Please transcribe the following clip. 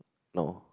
no